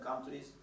countries